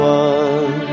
one